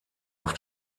auf